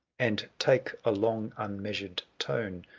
and take a long unmeasured tone.